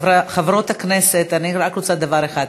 חברות הכנסת, אני רק רוצה דבר אחד: